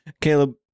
Caleb